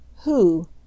Who